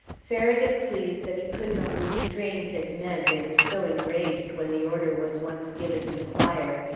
farragut pleads that he could not restrain his men, they were so enraged when the order was once given to fire,